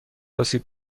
آسیب